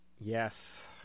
Yes